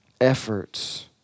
efforts